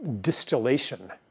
distillation